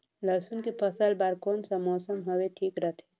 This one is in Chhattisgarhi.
लसुन के फसल बार कोन सा मौसम हवे ठीक रथे?